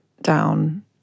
down